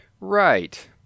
Right